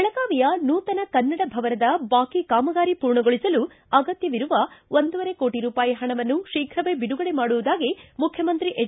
ಬೆಳಗಾವಿಯ ನೂತನ ಕನ್ನಡ ಭವನದ ಬಾಕಿ ಕಾಮಗಾರಿ ಪೂರ್ಣಗೊಳಿಸಲು ಅಗತ್ಯವಿರುವ ಒಂದೂವರೆ ಕೋಟಿ ರೂಪಾಯಿ ಪಣವನ್ನು ಶೀಘ್ರವೇ ಬಿಡುಗಡೆ ಮಾಡುವುದಾಗಿ ಮುಖ್ಯಮಂತ್ರಿ ಎಚ್